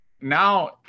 now